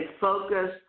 focus